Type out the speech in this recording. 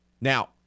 Now